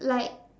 like